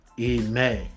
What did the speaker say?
Amen